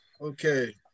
Okay